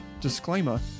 disclaimer